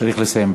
צריך לסיים.